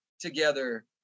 together